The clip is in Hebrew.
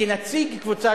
אתם לא מתחלפים ביניכם.